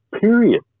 period